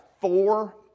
four